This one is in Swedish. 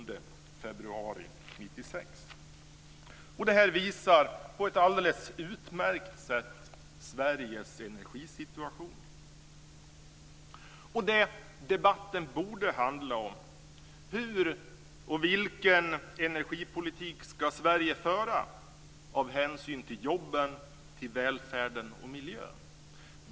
Det var den Det här visar på ett alldeles utmärkt sätt Sveriges energisituation, och det visar det som debatten borde handla om: Vilken energipolitik ska Sverige föra för att ta hänsyn till jobben, välfärden och miljön?